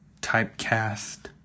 typecast